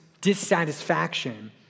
dissatisfaction